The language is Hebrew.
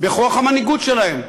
בכוח המנהיגות שלהם,